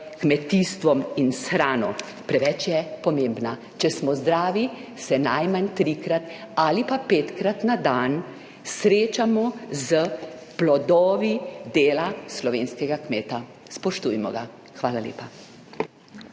kmetijstvom in s hrano. Preveč je pomembna. Če smo zdravi, se najmanj trikrat ali pa petkrat na dan srečamo s plodovi dela slovenskega kmeta. Spoštujmo ga. Hvala lepa.